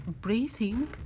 breathing